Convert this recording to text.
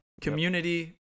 Community